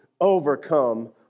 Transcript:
overcome